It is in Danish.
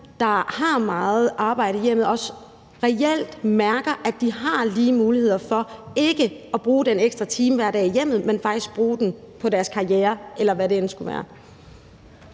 der har meget arbejde i hjemmet, også reelt mærker, at de har lige muligheder for ikke at bruge den ekstra time hver dag i hjemmet, men at de faktisk kan bruge den på deres karriere, eller hvad det end skulle være.